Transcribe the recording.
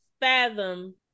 fathom